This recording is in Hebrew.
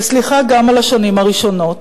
וסליחה גם על השנים הראשונות,